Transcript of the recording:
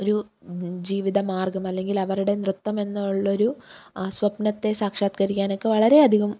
ഒരു ജീവിതമാർഗ്ഗം അല്ലെങ്കിലവരുടെ നൃത്തം എന്നുള്ളൊരു ആ സ്വപ്നത്തെ സാക്ഷാത്ക്കരിക്കാനൊക്കെ വളരെയധികം